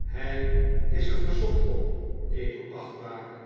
hij is er verzot op edelachtbare